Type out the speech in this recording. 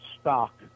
stock